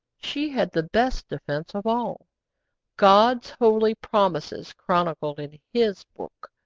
she had the best defence of all god's holy promises chronicled in his book.